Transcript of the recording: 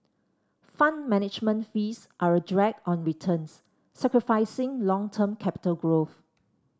Fund Management fees are a drag on returns sacrificing long term capital growth